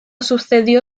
sucedió